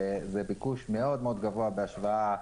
זה ביקוש מאוד מאוד גבוה בהשוואה,